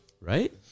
Right